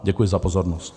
Děkuji za pozornost.